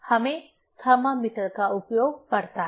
हमें थर्मामीटर का उपयोग पड़ता है